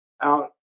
out